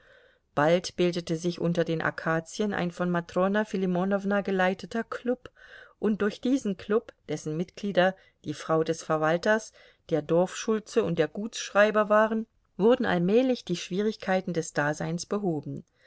bald bildete sich unter den akazien ein von matrona filimonowna geleiteter klub und durch diesen klub dessen mitglieder die frau des verwalters der dorfschulze und der gutsschreiber waren wurden allmählich die schwierigkeiten des daseins behoben